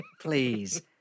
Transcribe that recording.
Please